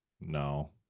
No